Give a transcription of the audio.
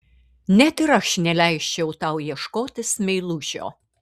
net ir aš neleisčiau tau ieškotis meilužio